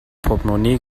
portmonee